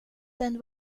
den